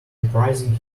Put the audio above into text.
reprising